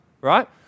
Right